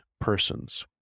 persons